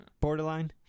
Borderline